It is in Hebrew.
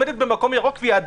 לפי זה נלמד.